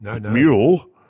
mule